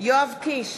יואב קיש,